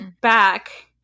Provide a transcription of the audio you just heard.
back